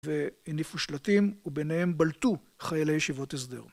והניפו שלטים, וביניהם בלטו חיילי ישיבות הסדר.